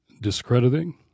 discrediting